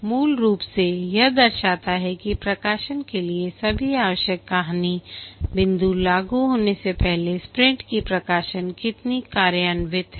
मूल रूप से यह दर्शाता है कि प्रकाशन के लिए सभी आवश्यक कहानी बिंदु लागू होने से पहले स्प्रिंट की प्रकाशन कितनी कार्यान्वित है